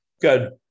Good